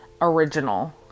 Original